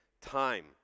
time